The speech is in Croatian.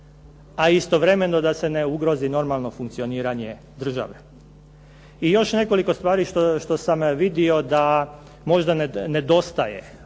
a istovremeno da se ne ugrozi normalno funkcioniranje države. I još nekoliko stvari što sam vidio da možda nedostaje.